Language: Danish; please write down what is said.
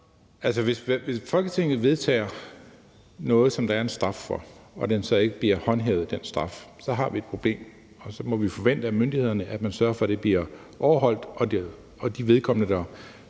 Hvis Folketinget vedtager noget, som der er en straf for, og den straf så ikke bliver håndhævet, så har vi et problem, og så må vi forvente af myndighederne, at de sørger for, at det bliver overholdt, og at de personer, der